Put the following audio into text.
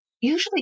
usually